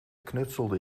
knutselde